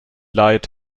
leid